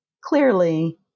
clearly